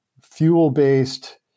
fuel-based